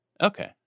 Okay